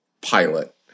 Pilot